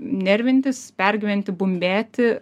nervintis pergyventi bumbėti